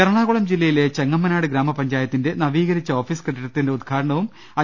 എറണാകുളം ജില്ലയിലെ ചെങ്ങമ്മനാട് ഗ്രാമപഞ്ചായ ത്തിന്റെ നവീകരിച്ച ഓഫീസ് കെട്ടിടത്തിന്റെ ഉദ്ഘാടനവും ഐ